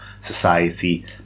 society